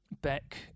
Beck